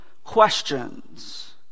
questions